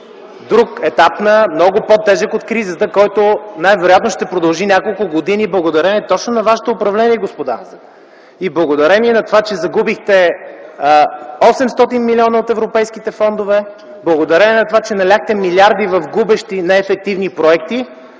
друг етап, много по-тежък от кризата, който най-вероятно ще продължи няколко години, благодарение точно на вашето управление, господа, и благодарение на това, че загубихте 800 млн. от европейските фондове, благодарение на това, че наляхте милиарди в губещи и неефективни проекти,